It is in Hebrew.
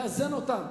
לאזן אותם,